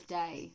day